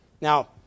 Now